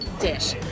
dish